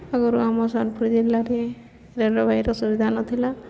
ଆଗରୁ ଆମ ସୋନପୁର ଜିଲ୍ଲାରେ ରେଳବାଇର ସୁବିଧା ନଥିଲା